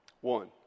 One